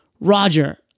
Roger